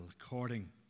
according